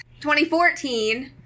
2014